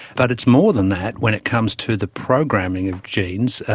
but it's more than that when it comes to the programming of genes,